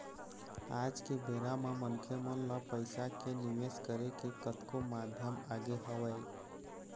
आज के बेरा म मनखे मन ल पइसा के निवेश करे के कतको माध्यम आगे हवय